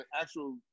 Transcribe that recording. actual